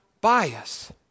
bias